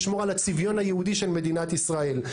לשמור על הצביון היהודי של מדינת ישראל.